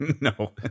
No